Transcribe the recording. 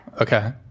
okay